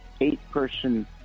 eight-person